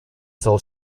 still